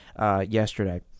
yesterday